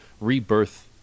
rebirth